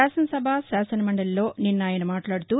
శాసనసభ శాసనమండలిలో నిన్న ఆయన మాట్లాదుతూ